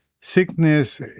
sickness